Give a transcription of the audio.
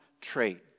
trait